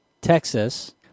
Texas